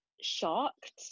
shocked